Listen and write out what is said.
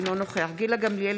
אינו נוכח גילה גמליאל,